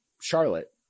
Charlotte